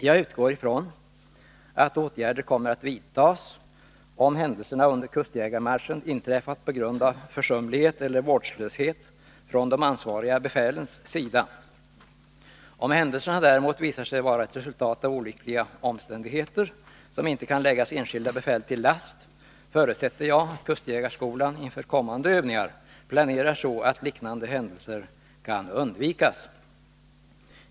Jag utgår från att åtgärder kommer att vidtas, om händelserna under kustjägarmarschen har inträffat på grund av försumlighet eller vårdslöshet från de ansvariga befälens sida. Om händelserna däremot visar sig vara ett resultat av olyckliga omständigheter, som inte kan läggas enskilda befäl till last, förutsätter jag att kustjägarskolan inför kommande övningar planerar så att liknande händelser kan undvikas.